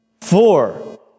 Four